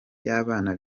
y’abana